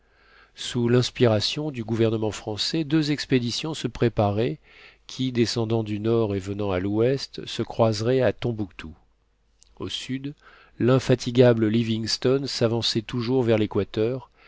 sous l'inspiration du gouvernement français deux expéditions se préparaient qui descendant du nord et venant à l'ouest se croiseraient à tembouctou au sud linfatigable livingstone s'avançait toujours vers l'équateur